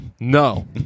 No